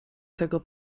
tego